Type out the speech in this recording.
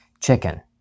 Chicken